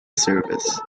service